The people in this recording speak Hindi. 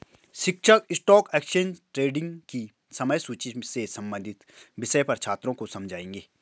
शिक्षक स्टॉक एक्सचेंज ट्रेडिंग की समय सूची से संबंधित विषय पर छात्रों को समझाएँगे